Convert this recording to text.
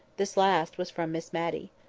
this last was from miss matty.